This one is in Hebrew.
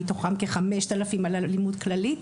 מתוכן כ-5,000 על אלימות כללית,